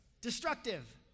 destructive